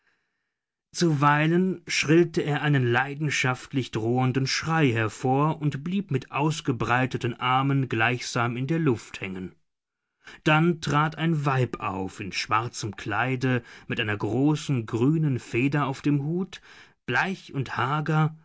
zuweilen schrillte er einen leidenschaftlich drohenden schrei hervor und blieb mit ausgebreiteten armen gleichsam in der luft hängen dann trat ein weib auf in schwarzem kleide mit einer großen grünen feder auf dem hut bleich und hager